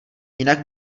jinak